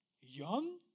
Young